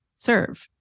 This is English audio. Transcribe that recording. serve